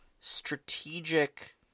strategic